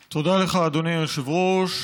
היושב-ראש.